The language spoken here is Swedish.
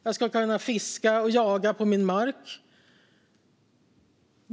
Jag ska kunna fiska och jaga på min mark.